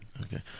okay